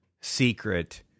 secret